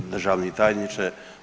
Državni tajniče.